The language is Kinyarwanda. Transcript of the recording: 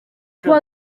kuwa